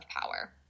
power